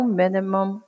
minimum